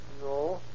No